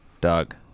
Doug